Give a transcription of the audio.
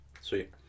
Sweet